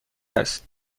است